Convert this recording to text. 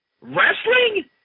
Wrestling